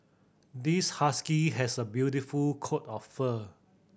this husky has a beautiful coat of fur